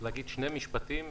להגיד שתי משפטים.